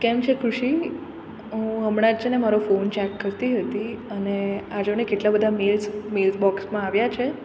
કેમ છે કૃષિ હું હમણાં જ છે ને મારો ફોન ચેક કરતી હતી અને આ જોને કેટલા બધા મેલ્સ મેલ બોક્સમાં આવ્યા છે